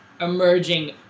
emerging